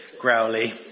growly